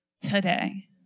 today